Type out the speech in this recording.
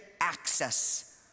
access